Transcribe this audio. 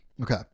Okay